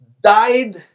died